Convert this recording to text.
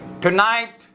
Tonight